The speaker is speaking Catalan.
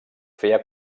feia